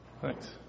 Thanks